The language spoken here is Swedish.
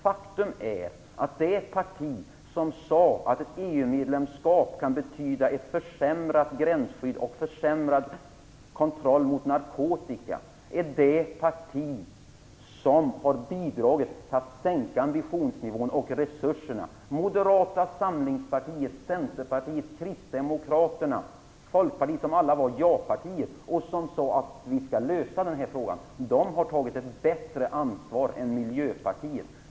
Faktum är att det parti som sade att ett EU medlemskap kan betyda ett försämrat gränsskydd och försämrad kontroll gentemot narkotika är det parti som har bidragit till att sänka ambitionsnivån och minska resurserna. Moderata samlingspartiet, Centerpartiet, kristdemokraterna och Folkpartiet var japartier. De sade att vi skall lösa frågan. De har tagit ett bättre ansvar än Miljöpartiet.